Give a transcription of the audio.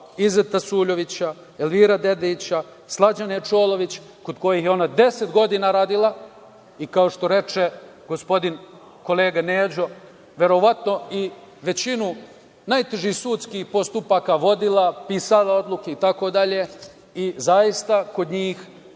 Izeta Suljovića, Elvira Dedića, Slađane Čolović, kod kojih je ona 10 godina radila i kao što reče gospodin, kolega Neđo, verovatno i većinu najtežih sudskih postupaka vodila, pisala odluke i tako dalje. Zaista je kod njih